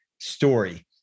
story